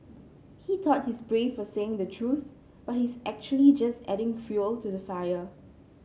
he thought he's brave for saying the truth but he's actually just adding fuel to the fire